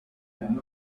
man